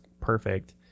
perfect